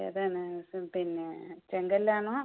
ഏതാണ് പിന്നെ ചെങ്കല്ലാണോ